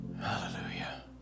Hallelujah